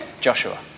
Joshua